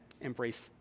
embrace